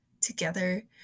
together